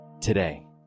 today